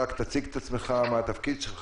הצג את עצמך ומה תפקידך,